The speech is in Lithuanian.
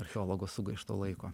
archeologo sugaišto laiko